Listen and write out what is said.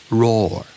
roar